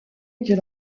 était